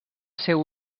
seu